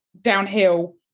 downhill